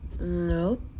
nope